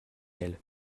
elles